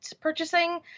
purchasing